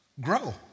grow